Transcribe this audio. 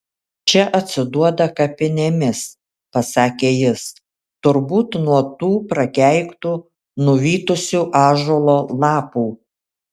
čia atsiduoda kapinėmis pasakė jis turbūt nuo tų prakeiktų nuvytusių ąžuolo lapų